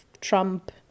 Trump